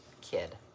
kid